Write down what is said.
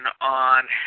on